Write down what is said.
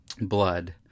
blood